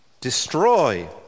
destroy